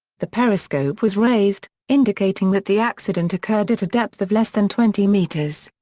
the periscope was raised, indicating that the accident occurred at a depth of less than twenty metres.